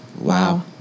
Wow